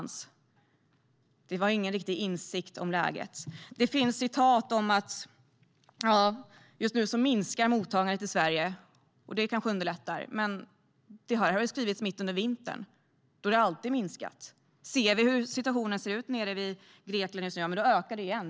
Men det var ingen riktig insikt om läget. Det finns citat om att mottagandet just nu minskar i Sverige, och det kanske underlättar. Men det här har ju skrivits mitt under vintern. Då har det alltid minskat. Situationen nere i Grekland just nu är att det ökar igen.